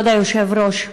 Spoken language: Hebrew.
כבוד היושב-ראש,